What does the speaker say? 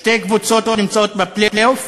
שתי הקבוצות נמצאות בפלייאוף,